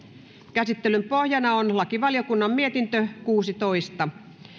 käsittelyn pohjana on lakivaliokunnan mietintö kuusitoista